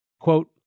Quote